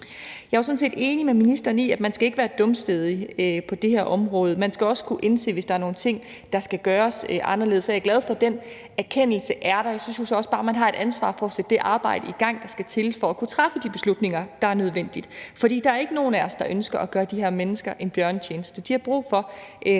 set enig med ministeren i, at man ikke skal være dumstædig på det her område; man skal også kunne indse det, hvis der er nogle ting, der skal gøres anderledes. Så jeg er glad for, at den erkendelse er der. Jeg synes jo så også bare, at man har et ansvar for at sætte det arbejde, der skal til for at kunne træffe de beslutninger, der er nødvendige, i gang. For der er ikke nogen af os, der ønsker at gøre de her mennesker en bjørnetjeneste – de har brug for